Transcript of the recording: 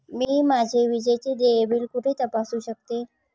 मी माझे विजेचे देय बिल कुठे तपासू शकते?